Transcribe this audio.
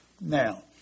Now